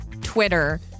Twitter